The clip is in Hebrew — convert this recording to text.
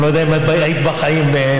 אני לא יודע אם היית בחיים בכלל,